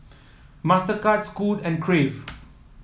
Mastercard Scoot and Crave